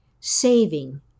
saving